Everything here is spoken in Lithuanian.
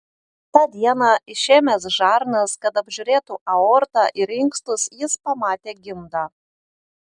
tą dieną išėmęs žarnas kad apžiūrėtų aortą ir inkstus jis pamatė gimdą